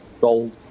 gold